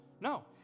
No